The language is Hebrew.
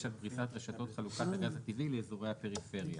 על פריסת רשתות חלוקת הגז הטבעי לאזורי הפריפריה".